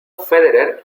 federer